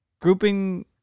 grouping